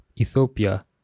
Ethiopia